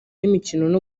y’imikino